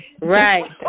Right